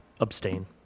Abstain